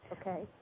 Okay